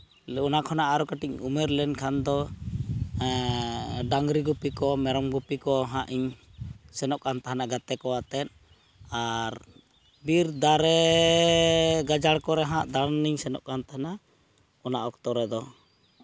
ᱚᱱᱟ ᱠᱷᱚᱱᱟᱜ ᱟᱨᱚ ᱠᱟᱹᱴᱤᱡ ᱩᱢᱮᱨ ᱞᱮᱱᱠᱷᱟᱱ ᱫᱚ ᱰᱟᱝᱨᱤ ᱜᱩᱯᱤ ᱠᱚ ᱢᱮᱨᱚᱢ ᱜᱩᱯᱤ ᱠᱚ ᱦᱟᱸᱜ ᱤᱧ ᱥᱮᱱᱚᱜ ᱠᱟᱱ ᱛᱟᱦᱮᱱᱟ ᱜᱟᱛᱮ ᱠᱚ ᱟᱛᱮᱜ ᱟᱨ ᱵᱤᱨ ᱫᱟᱨᱮ ᱜᱟᱡᱟᱲ ᱠᱚᱨᱮ ᱦᱟᱸᱜ ᱫᱟᱬᱟᱱᱤᱧ ᱥᱮᱱᱚᱜ ᱠᱟᱱ ᱛᱟᱦᱮᱱᱟ ᱚᱱᱟ ᱚᱠᱛᱚ ᱨᱮᱫᱚ